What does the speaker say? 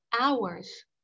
hours